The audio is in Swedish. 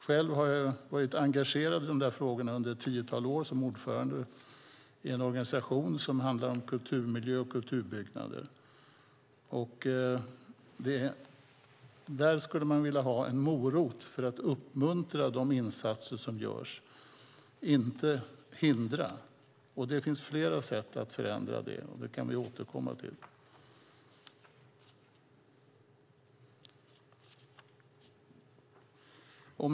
Själv har jag varit engagerad i dessa frågor under ett tiotal år som ordförande i en organisation för kulturmiljö och kulturbyggnader. Man skulle vilja ha en morot för att uppmuntra de insatser som görs, inte hindra. Det finns flera sätt att göra förändringar. Vi kan återkomma till det.